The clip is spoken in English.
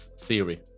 theory